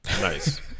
Nice